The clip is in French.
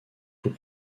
tout